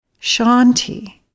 Shanti